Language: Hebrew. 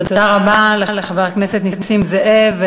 תודה רבה לחבר הכנסת נסים זאב.